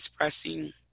expressing